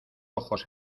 ojos